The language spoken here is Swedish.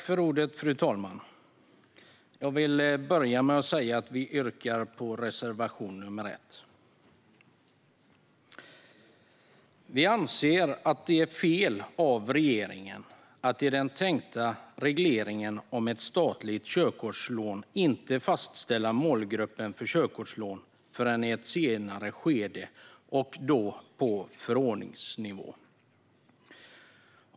Fru talman! Jag vill börja med att yrka bifall till reservation nr 1. Sverigedemokraterna anser att det är fel av regeringen att i den tänkta regleringen om ett statligt körkortslån inte fastställa målgruppen för körkortslån förrän i ett senare skede och då på förordningsnivå.